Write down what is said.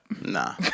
Nah